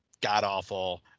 god-awful